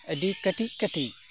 ᱟᱹᱰᱤ ᱠᱟᱹᱴᱤᱡ ᱠᱟᱹᱴᱤᱡ